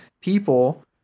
people